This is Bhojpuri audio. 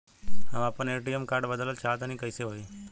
हम आपन ए.टी.एम कार्ड बदलल चाह तनि कइसे होई?